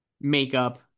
Makeup